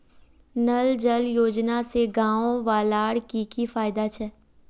नल जल योजना से गाँव वालार की की फायदा छे?